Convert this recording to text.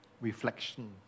Reflection